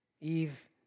Eve